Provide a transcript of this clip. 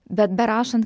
bet berašant